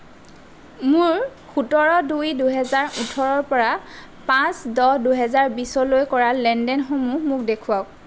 মোৰ সোতৰ দুই দুই হাজাৰ ওঠৰৰ পৰা পাঁচ দহ দুই হাজাৰ বিছলৈ কৰা লেন দেনসমূহ মোক দেখুৱাওক